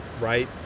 right